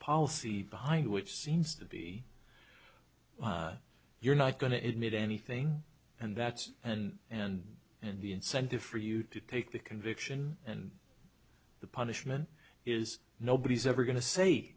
policy behind which seems to be you're not going to admit anything and that's and and and the incentive for you to take the conviction and the punishment is nobody's ever going to say